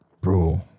Bro